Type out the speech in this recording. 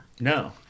No